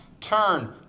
turn